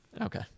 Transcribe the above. Okay